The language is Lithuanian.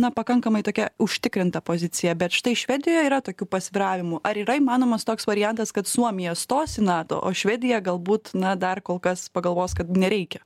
na pakankamai tokia užtikrinta pozicija bet štai švedijoje yra tokių pasvyravimų ar yra įmanomas toks variantas kad suomija stos į nato o švedija galbūt na dar kol kas pagalvos kad nereikia